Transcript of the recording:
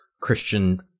Christian